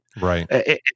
Right